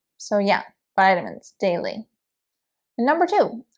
so yeah vitamins daily number two.